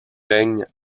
règne